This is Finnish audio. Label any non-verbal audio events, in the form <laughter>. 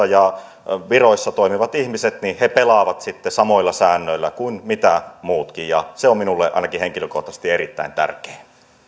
<unintelligible> ja viroissa toimivat ihmiset pelaavat samoilla säännöillä kuin muutkin ja se on ainakin minulle henkilökohtaisesti erittäin tärkeää